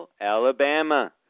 Alabama